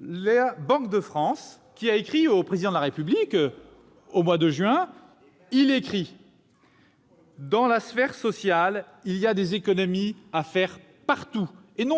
de la Banque de France, qui a écrit au Président de la République au mois de juin dernier, il y a, dans la sphère sociale, des économies à faire partout-